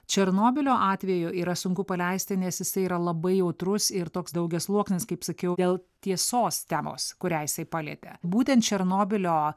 černobylio atveju yra sunku paleisti nes jisai yra labai jautrus ir toks daugiasluoksnis kaip sakiau dėl tiesos temos kurią jisai palietė būtent černobylio